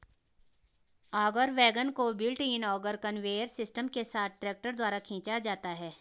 auger wagon को built in auger conveyor system के साथ ट्रैक्टर द्वारा खींचा जाता है